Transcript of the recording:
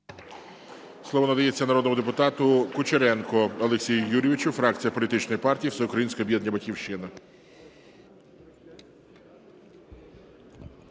Слово надається народному депутату Кучеренку Олексію Юрійовичу, фракція політичної партії Всеукраїнське об'єднання "Батьківщина"